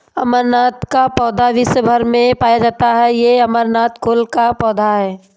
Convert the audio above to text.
अमरनाथ का पौधा विश्व् भर में पाया जाता है ये अमरंथस कुल का पौधा है